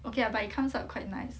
okay lah but it comes out quite nice